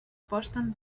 aposten